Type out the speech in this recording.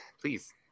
please